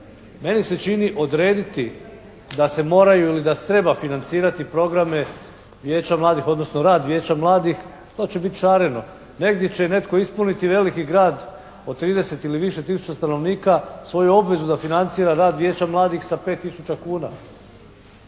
Meni se čini odrediti da se moraju ili da treba financirati programe vijeća mladih odnosno rad vijeća mladih, to će biti šareno. Negdje će netko ispuniti veliki grad od trideset ili više tisuća stanovnika svoju obvezu da financira rad vijeća mladih sa 5 tisuća